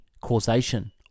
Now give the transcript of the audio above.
causation